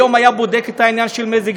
היום הוא היה בודק את העניין של מזג-האוויר.